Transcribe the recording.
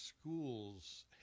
schools